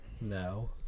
No